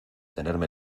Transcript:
tenerme